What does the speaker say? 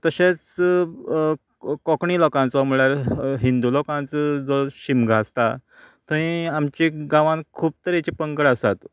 तशेंच कोंकणी लोकांचो म्हळ्यार हिंदू लोकांचो जो शिमगो आसता थंय आमची गांवांत खूब तरेची पंगड आसात